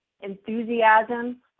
enthusiasm